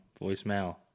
Voicemail